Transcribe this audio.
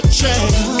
change